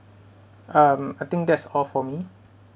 um I think that's all for me